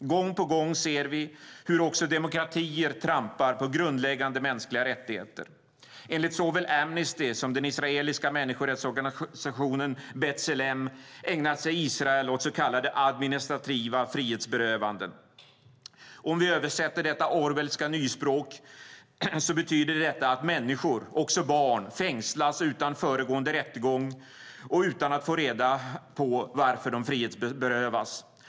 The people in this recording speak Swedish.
Gång på gång ser vi hur också demokratier trampar på grundläggande mänskliga rättigheter. Enligt såväl Amnesty som den israeliska människorättsorganisationen B'Tselem ägnar sig Israel åt så kallade administrativa frihetsberövanden. I översättning betyder detta orwellska nyspråk att människor, också barn, fängslas utan föregående rättegång och utan att få reda på varför de frihetsberövas.